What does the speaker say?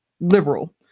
liberal